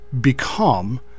become